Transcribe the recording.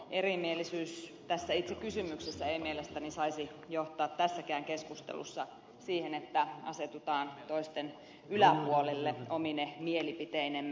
erimielisyys itse tässä kysymyksessä ei mielestäni saisi johtaa tässäkään keskustelussa siihen että asetutaan toisten yläpuolelle omine mielipiteinemme